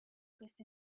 questo